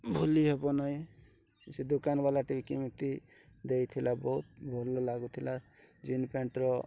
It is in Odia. ଭୁଲି ହେବ ନାହିଁ ସେ ଦୋକାନ ବାଲାଟି କିମିତି ଦେଇଥିଲା ବହୁତ ଭଲ ଲାଗୁଥିଲା ଜିନ୍ ପ୍ୟାଣ୍ଟର